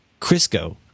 Crisco